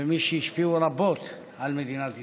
ומי שהשפיעו רבות על מדינת ישראל.